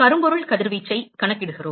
கரும்பொருள் கதிர்வீச்சைக் கணக்கிடுகிறோம்